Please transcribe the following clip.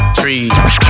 trees